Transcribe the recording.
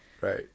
right